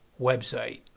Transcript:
website